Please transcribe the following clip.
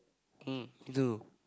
um do